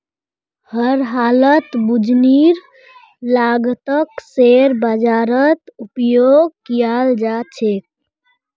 हर हालतत पूंजीर लागतक शेयर बाजारत उपयोग कियाल जा छे